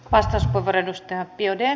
vasta show edustaja pione